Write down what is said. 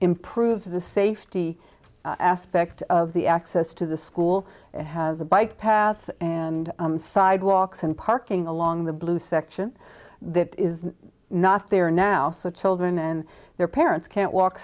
improves the safety aspect of the access to the school has a bike path and sidewalks and parking along the blue section that is not there now so children and their parents can't walk